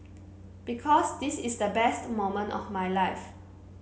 because this is the best moment of my life